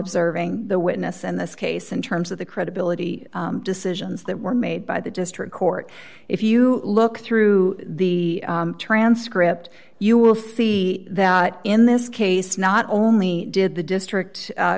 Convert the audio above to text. observing the witness and this case in terms of the credibility decisions that were made by the district court if you look through the transcript you a fee that in this case not only did the district